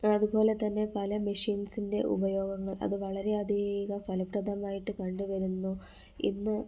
അതുപോലെ തന്നെ പല മെഷീൻസിൻ്റെ ഉപയോഗങ്ങൾ അത് വളരെ അധികം ഫലപ്രദമായിട്ട് കണ്ട് വരുന്നു ഇന്ന്